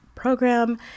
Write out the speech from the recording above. Program